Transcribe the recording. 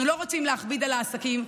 אנחנו לא רוצים להכביד על העסקים,